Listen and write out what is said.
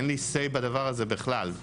אין לי "סיי" בדבר הזה בכלל.